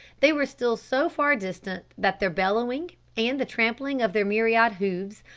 they were still so far distant that their bellowing, and the trampling of their myriad hoofs,